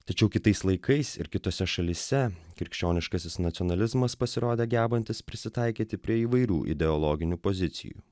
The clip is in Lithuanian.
tačiau kitais laikais ir kitose šalyse krikščioniškasis nacionalizmas pasirodė gebantis prisitaikyti prie įvairių ideologinių pozicijų